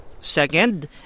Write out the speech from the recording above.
Second